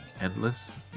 Endless